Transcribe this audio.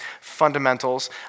fundamentals